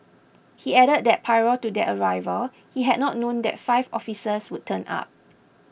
he added that prior to their arrival he had not known that five officers would turn up